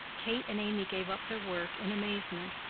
kate and amy gave up their work in amazement.